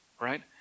right